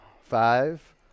Five